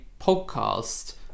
podcast